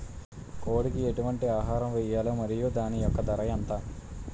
కోడి కి ఎటువంటి ఆహారం వేయాలి? మరియు దాని యెక్క ధర ఎంత?